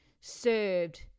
served